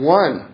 one